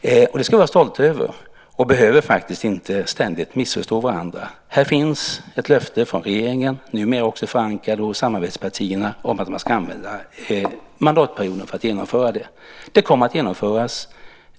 Det ska vi vara stolta över. Vi behöver inte ständigt missförstå varandra. Här finns det alltså ett löfte från regeringen, numera också förankrat hos samarbetspartierna, om att man ska använda mandatperioden för att genomföra det här. Det kommer att genomföras.